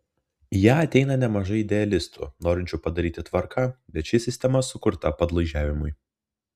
į ją ateina nemažai idealistų norinčių padaryti tvarką bet ši sistema sukurta padlaižiavimui